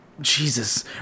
Jesus